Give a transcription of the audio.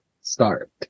start